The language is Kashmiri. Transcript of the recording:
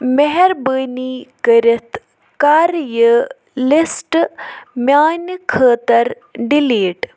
مہربٲنی کٔرِتھ کَر یہِ لِسٹ میانہِ خٲطرٕ ڈلیٖٹ